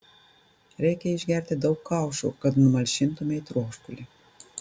reikia išgerti daug kaušų kad numalšintumei troškulį